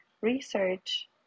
research